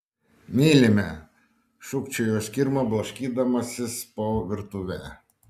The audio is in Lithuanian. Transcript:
mylime šūkčiojo skirma blaškydamasis po virtuvę